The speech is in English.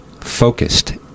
focused